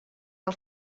del